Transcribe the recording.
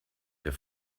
der